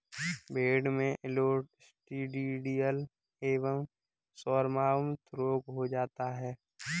भेड़ में क्लॉस्ट्रिडियल एवं सोरमाउथ रोग हो जाता है